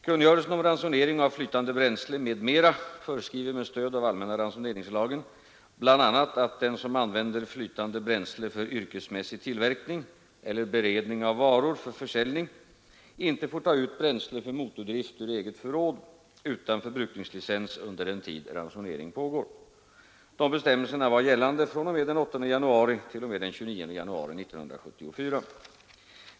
Kungörelsen om ransonering av flytande bränsle m.m. föreskriver med stöd av allmänna ransoneringslagen bl.a. att den som använder flytande bränsle för yrkesmässig tillverkning eller beredning av varor för försäljning inte får ta ut bränsle för motordrift ur eget förråd utan förbrukningslicens under den tid ransonering pågår. Dessa bestämmelser var gällande fr.o.m. den 8 januari t.o.m. den 29 januari 1974.